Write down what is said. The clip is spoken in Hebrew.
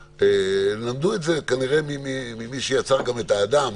למדו את זה כנראה ממי שיצר את האדם.